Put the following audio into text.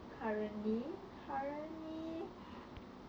currently currently